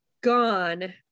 gone